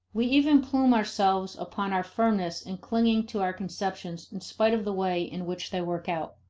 we even plume ourselves upon our firmness in clinging to our conceptions in spite of the way in which they work out.